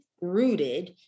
rooted